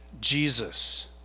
Jesus